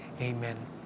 amen